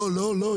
לא לא.